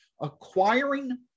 acquiring